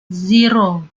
zero